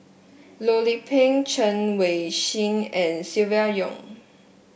Loh Lik Peng Chen Wen Hsi and Silvia Yong